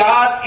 God